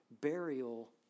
burial